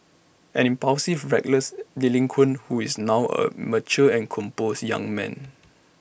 an impulsive reckless delinquent who is now A mature and composed young man